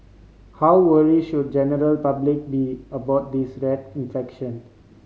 how worry should general public be about this rat infection